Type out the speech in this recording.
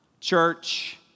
church